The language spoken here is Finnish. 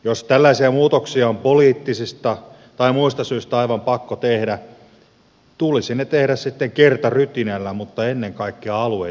jos tällaisia muutoksia on poliittisista tai muista syistä aivan pakko tehdä tulisi ne tehdä sitten kertarytinällä mutta ennen kaikkea alueita kuunnellen